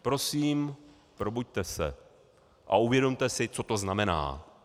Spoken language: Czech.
Prosím, probuďte se a uvědomte si, co to znamená.